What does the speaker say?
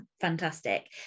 fantastic